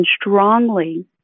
strongly